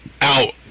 out